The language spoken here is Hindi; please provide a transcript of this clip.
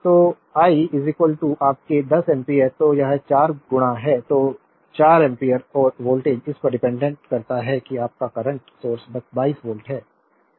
और आई आपके 10 एम्पीयर तो यह 4 है तो 4 एम्पीयर और वोल्टेज इस पर डिपेंडेंट करता है कि आपका करंट सोर्स 22 वोल्ट है